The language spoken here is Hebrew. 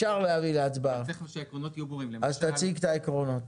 תציג את העקרונות.